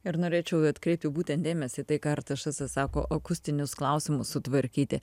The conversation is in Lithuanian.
ir norėčiau atkreipti būtent dėmesį į tai ką artašesas sako akustinius klausimus sutvarkyti